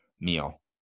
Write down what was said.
meal